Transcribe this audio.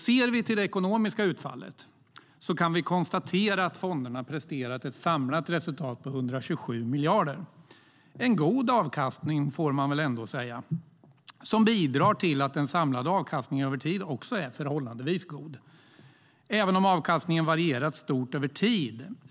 Ser vi till det ekonomiska utfallet kan vi konstatera att fonderna presterat ett samlat resultat på 127 miljarder - en god avkastning, får man ändå säga, som bidrar till att den samlade avkastningen över tid också är förhållandevis god även om avkastningen varierat stort över tid.